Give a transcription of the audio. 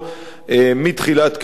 מתחילת כהונתה,